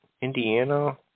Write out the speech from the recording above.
Indiana